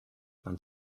man